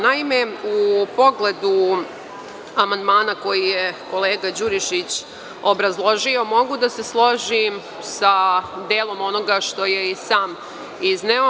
Naime, u pogledu amandmana koji je kolega Đurišić obrazložio mogu da se složim sa delom onoga što je i sam izneo.